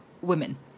women